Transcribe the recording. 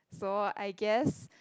so I guess